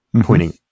pointing